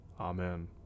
Amen